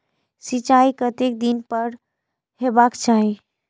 सिंचाई कतेक दिन पर हेबाक चाही?